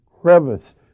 crevice